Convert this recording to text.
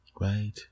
Right